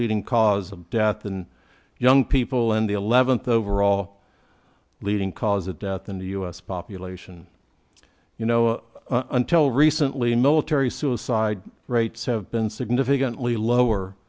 leading cause of death and young people in the eleventh overall leading cause of death in the us population you know until recently military suicide rates have been significantly lower